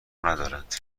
ندارند